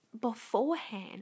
beforehand